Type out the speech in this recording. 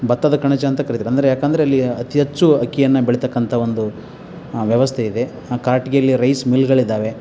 ಭತ್ತದ ಕಣಜ ಅಂತ ಕರಿತಾರೆ ಅಂದರೆ ಏಕಂದ್ರೆ ಇಲ್ಲಿ ಅತಿ ಹೆಚ್ಚು ಅಕ್ಕಿಯನ್ನು ಬೆಳೀತಕ್ಕಂಥ ಒಂದು ವ್ಯವಸ್ಥೆ ಇದೆ ಕರ್ಟಿಗಿಯಲ್ಲಿ ರೈಸ್ ಮಿಲ್ಗಳಿದ್ದಾವೆ